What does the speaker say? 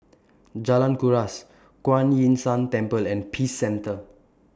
Jalan Kuras Kuan Yin San Temple and Peace Centre